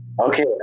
Okay